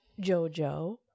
Jojo